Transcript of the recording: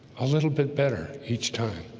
a little bit better each time